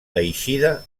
eixida